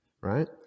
right